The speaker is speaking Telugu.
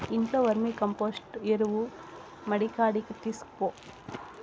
ఇంట్లో వర్మీకంపోస్టు ఎరువు మడికాడికి తీస్కపో